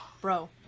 Bro